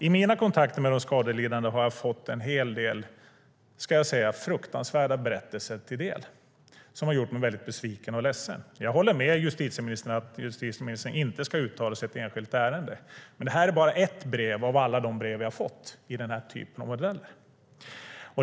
I mina kontakter med de skadelidande har jag fått mig en hel del fruktansvärda berättelser till del som har gjort mig väldigt besviken och ledsen. Jag håller med justitieministern om att hon inte ska uttala sig i ett enskilt ärende, men det här är bara ett brev av alla brev jag har fått.